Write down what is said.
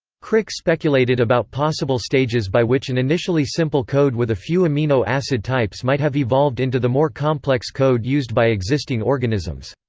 crick speculated about possible stages by which an initially simple code with a few amino acid types might have evolved into the more complex code used by existing organisms.